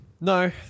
No